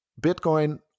Bitcoin